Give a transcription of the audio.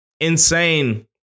insane